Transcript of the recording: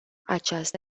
aceasta